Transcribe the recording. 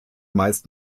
meist